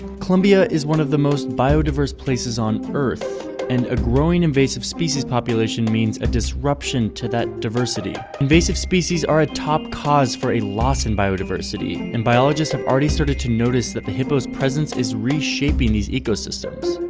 colombia is one of the most biodiverse places on earth and a growing invasive species population means a disruption to that diversity. invasive species are a top cause for a loss in biodiversity and biologists have already started to notice that the hippos' presence is reshaping these ecosystems.